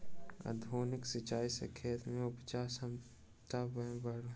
आधुनिक सिचाई सॅ खेत में उपजा क्षमता में वृद्धि भेलै